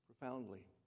profoundly